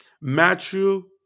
Matthew